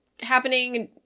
happening